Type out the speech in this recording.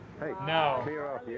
No